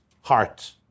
heart